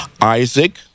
Isaac